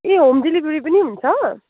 ए home delivery पनि हुन्छ